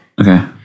Okay